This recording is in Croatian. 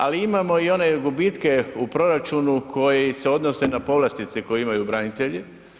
Ali imamo i one gubitke u proračunu koji se odnose na povlastice koje imaju branitelji.